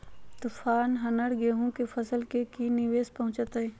तूफान हमर गेंहू के फसल के की निवेस पहुचैताय?